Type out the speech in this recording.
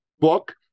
book